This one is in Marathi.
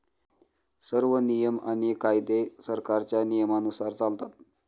सर्व नियम आणि कायदे सरकारच्या नियमानुसार चालतात